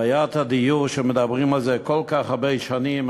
בעיית הדיור, שמדברים עליה כל כך הרבה שנים.